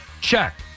Check